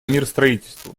миростроительству